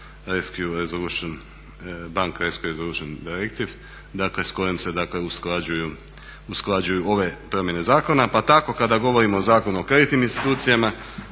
bank rescue resolution directive s kojom se dakle usklađuju ove promjene zakona. Pa tako kada govorimo o Zakonu o kreditnim institucijama